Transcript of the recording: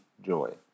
joy